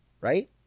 right